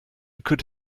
could